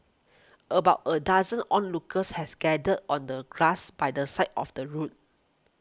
about a dozen onlookers has gathered on the grass by the side of the road